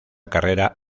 carrera